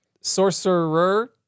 Sorcerer